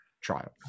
trial